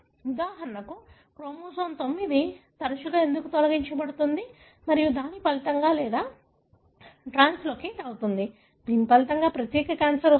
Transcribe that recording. ఉదాహరణకు క్రోమోజోమ్ 9 తరచుగా ఎందుకు తొలగించబడుతుంది మరియు దాని ఫలితంగా లేదా ట్రాన్స్లొకేట్ అవుతుంది దీని ఫలితంగా ప్రత్యేకంగా క్యాన్సర్ వస్తుంది